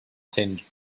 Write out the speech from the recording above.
tinged